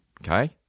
Okay